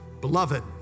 beloved